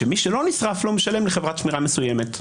שמי שלא נשרף לו, משלם לחברת שמירה מסוימת.